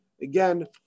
Again